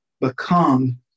become